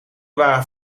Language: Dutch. waren